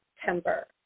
September